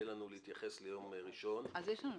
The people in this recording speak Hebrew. יש לנו ניסוח.